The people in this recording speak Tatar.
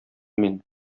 мин